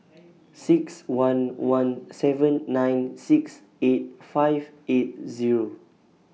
six one one seven nine six eight five eight Zero